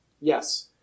Yes